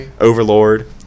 Overlord